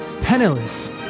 penniless